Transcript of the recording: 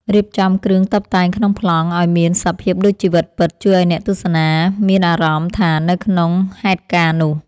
រៀបចំគ្រឿងតុបតែងក្នុងប្លង់ឱ្យមានសភាពដូចជីវិតពិតជួយឱ្យអ្នកទស្សនាមានអារម្មណ៍ថានៅក្នុងហេតុការណ៍នោះ។